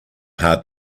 hard